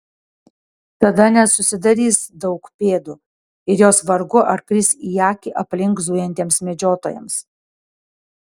tada nesusidarys daug pėdų ir jos vargu ar kris į akį aplink zujantiems medžiotojams